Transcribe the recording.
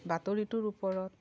বাতৰিটোৰ ওপৰত